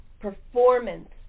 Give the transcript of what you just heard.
performance